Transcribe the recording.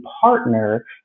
partner